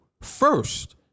first